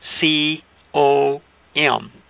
C-O-M